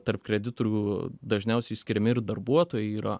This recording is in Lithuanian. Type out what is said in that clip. tarp kreditorių dažniausiai išskiriami ir darbuotojai yra